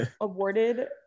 awarded